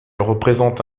représente